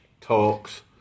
talks